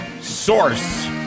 source